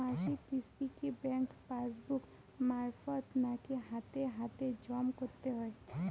মাসিক কিস্তি কি ব্যাংক পাসবুক মারফত নাকি হাতে হাতেজম করতে হয়?